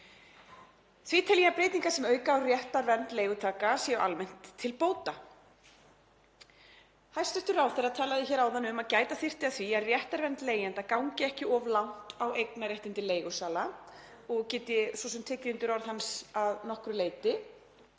Því tel ég að breytingar sem auka á réttarvernd leigutaka séu almennt til bóta. Hæstv. ráðherra talaði hér áðan um að gæta þyrfti að því að réttarvernd leigjenda gangi ekki of langt á eignarréttindi leigusala og get ég svo sem tekið undir orð hans að nokkru leyti